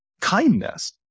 kindness